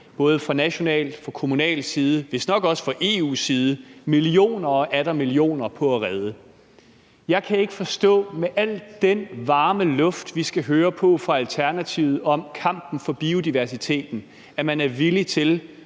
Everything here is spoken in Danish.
både fra national, fra kommunal side og vistnok også fra EU's side har brugt millioner og atter millioner på at redde. Med al den varme luft, vi skal høre på fra Alternativet, om kampen for biodiversiteten, kan jeg ikke